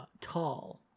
tall